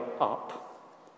up